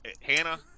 Hannah